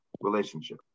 relationship